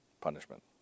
punishment